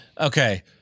Okay